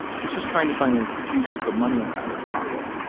he's just trying to find an excuse to put money in tyler's pocket.